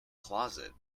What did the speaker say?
closet